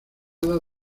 dado